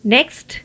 Next